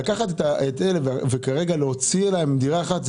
לקחת להן דירה אחת,